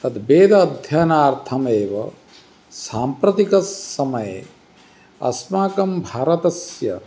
तत् वेद अध्ययनार्थम् एव साम्प्रतिकसमये अस्माकं भारतस्य